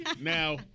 Now